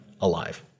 alive